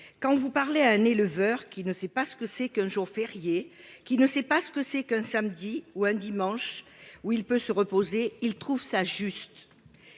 Quand vous parlez à un éleveur qui ne sait pas ce que c'est qu'un jour férié qui ne sait pas ce que c'est qu'un samedi ou un dimanche où il peut se reposer, ils trouvent ça juste.